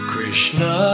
Krishna